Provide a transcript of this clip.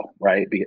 right